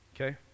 okay